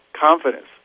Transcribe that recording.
confidence